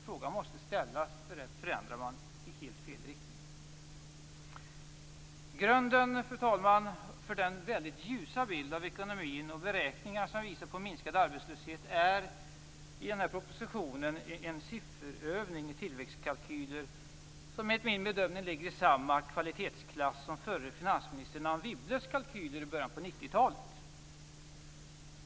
Frågan måste ställas; annars förändrar man i helt fel riktning. Fru talman! Grunden för den väldigt ljusa bild av ekonomin och beräkningarna i propositionen som visar på minskad arbetslöshet är en sifferövning i tillväxtkalkyler som enligt min bedömning ligger i samma kvalitetsklass som förra finansministern Anne Wibbles kalkyler i början på 90-talet.